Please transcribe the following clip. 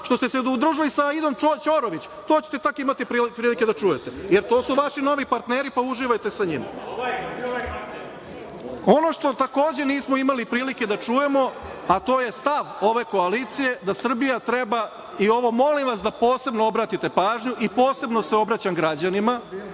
što ste udružili sa Aidom Ćorović, to će tako imati prilike da čujete jer to su vaši novi partneri pa uživajte sa njima. Ono što takođe nismo imali prilike da čujemo, a to je stav ove koalicije da Srbija treba, i ovo molim vas da posebno obratite pažnju i posebno se obraćam građanima,